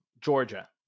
Georgia